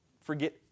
Forget